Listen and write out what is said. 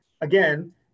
again